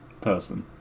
person